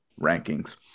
rankings